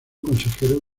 consejero